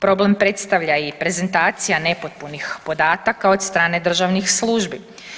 Problem predstavlja i prezentacija nepotpunih podataka od strane državnih službi.